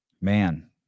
man